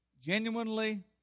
genuinely